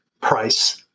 price